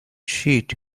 sheet